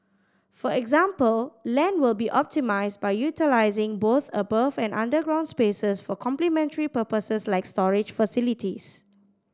for example land will be optimised by utilising both above and underground spaces for complementary purposes like storage facilities